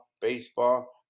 baseball